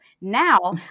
Now